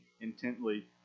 intently